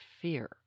fear